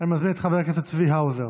אני מזמין את חבר הכנסת צבי האוזר